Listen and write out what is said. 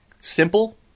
simple